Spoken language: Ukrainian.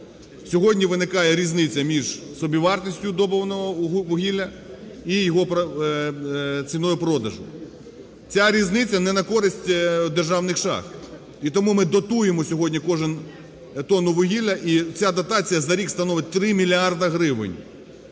Сьогодні виникає різниця між собівартістю добувного вугілля і його ціною продажу. Ця різниця не на користь державних шахт. І тому ми дотуємо сьогодні кожну тонну вугілля, і ця дотація за рік становить 3 мільярди гривень.